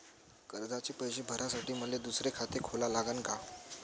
कर्जाचे पैसे भरासाठी मले दुसरे खाते खोला लागन का?